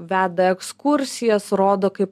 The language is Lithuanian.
veda ekskursijas rodo kaip